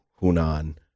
Hunan